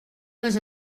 les